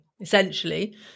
essentially